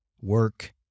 work